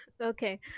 okay